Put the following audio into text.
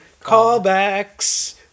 callbacks